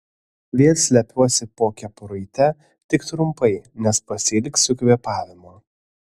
vėl slepiuosi po kepuraite tik trumpai nes pasiilgsiu kvėpavimo